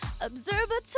Observatory